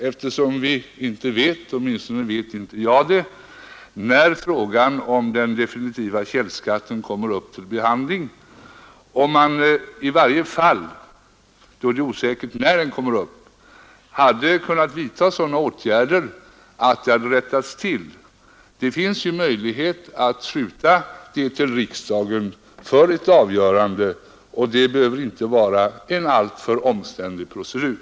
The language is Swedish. Eftersom vi inte vet — åtminstone vet inte jag det — när frågan om den definitiva källskatten kommer upp till behandling hade det naturligtvis varit mer tillfredsställande om man i varje fall hade kunnat vidta åtgärder för att rätta till detta. Det finns ju möjlighet att hänskjuta en sådan fråga till riksdagen för ett avgörande, och det behöver inte vara en alltför omständlig procedur.